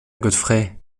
godfrey